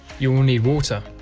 you will need water.